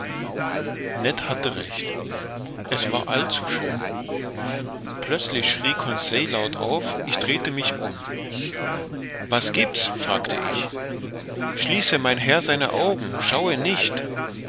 ned hatte recht es war allzu schön plötzlich schrie conseil laut auf ich drehte mich um was giebt's fragte ich schließe mein herr seine augen schaue nicht